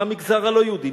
מהמגזר הלא-יהודי,